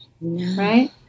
Right